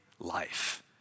life